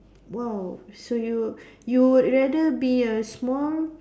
!wow! so you you would rather be a small